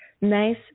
Nice